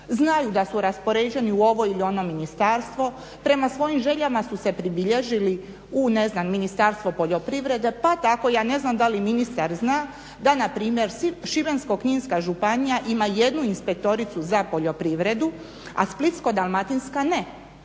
znaju da su raspoređeni u ovo ili ono ministarstvo. Prema svojim željama su se pribilježili u ne znam Ministarstvo poljoprivrede pa tako ja ne znam da li ministar zna da npr. Šibensko-kninska županija ima jednu inspektoricu za poljoprivredu a Splitsko-dalmatinska ne.